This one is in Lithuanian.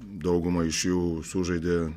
dauguma iš jų sužaidė